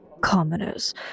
Commoners